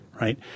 right